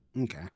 Okay